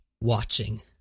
Watching